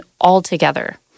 altogether